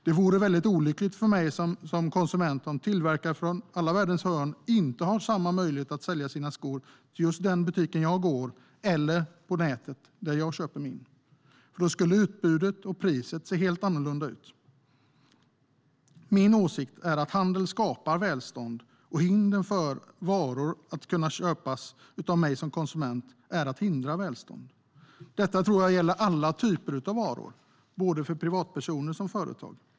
Det vore olyckligt för mig som konsument om tillverkare från alla världens hörn inte har samma möjlighet att sälja sina skor till just den butik där jag går eller på nätet, där jag köper mina skor. Då skulle utbudet och priset se helt annorlunda ut. Min åsikt är att handel skapar välstånd och att hinder för att varor ska kunna köpas av mig som konsument är att hindra välstånd. Detta tror jag gäller alla typer av varor för både privatpersoner och företag.